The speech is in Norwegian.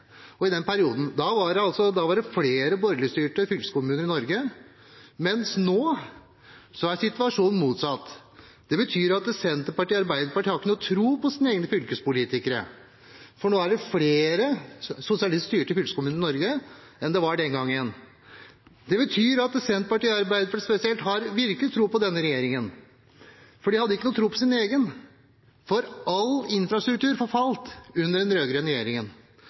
Jo, i den perioden var det flere borgerligstyrte fylkeskommuner i Norge, mens situasjonen nå er motsatt. Det betyr at Senterpartiet og Arbeiderpartiet ikke har tro på sine egne fylkespolitikere, for nå er det flere sosialistisk styrte fylkeskommuner i Norge enn det var den gangen. Det betyr at Senterpartiet og Arbeiderpartiet spesielt virkelig har tro på denne regjeringen. De hadde ikke tro på sin egen, for all infrastruktur forfalt under den rød-grønne regjeringen.